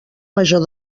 major